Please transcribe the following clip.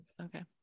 Okay